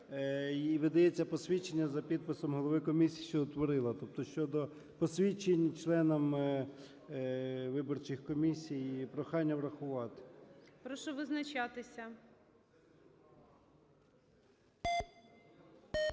їй видається посвідчення за підписом голови комісії, що утворила, тобто щодо посвідчень членам виборчих комісій. Прохання врахувати. ГОЛОВУЮЧИЙ. Прошу визначатися.